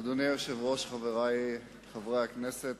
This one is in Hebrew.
אדוני היושב-ראש, חברי חברי הכנסת,